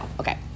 Okay